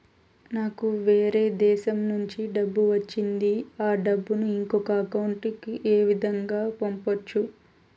నాకు వేరే దేశము నుంచి డబ్బు వచ్చింది ఆ డబ్బును ఇంకొక అకౌంట్ ఏ విధంగా గ పంపొచ్చా?